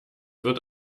wird